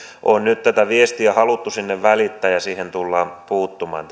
on nyt tätä viestiä haluttu sinne välittää ja siihen tullaan puuttumaan